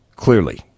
Clearly